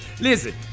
Listen